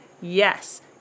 Yes